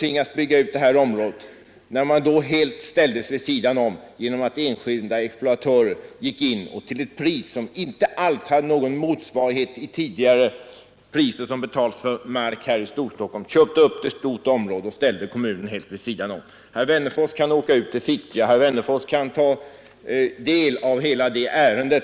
Då gick enskilda markexploatörer in och köpte upp ett stort område i Fittja till markpriser som inte hade någon tidigare motsvarighet här i Storstockholm. Kommunen ställdes helt vid sidan om. Herr Wennerfors kan åka ut till Botkyrka och där ute ta del av hela detta ärende.